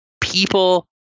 People